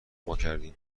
ماکردیم